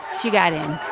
she got in